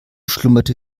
schlummerte